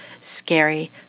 scary